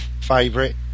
favorite